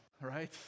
Right